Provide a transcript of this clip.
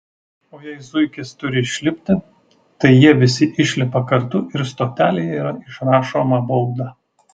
o jei zuikis turi išlipti tai jie visi išlipa kartu ir stotelėje yra išrašoma bauda